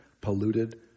polluted